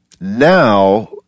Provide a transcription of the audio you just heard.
Now